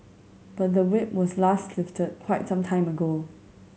but the Whip was last lifted quite some time ago